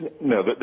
no